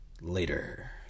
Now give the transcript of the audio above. later